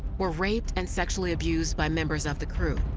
were raped and sexually abused by members of the crew,